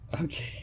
Okay